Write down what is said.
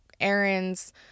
errands